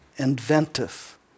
Inventive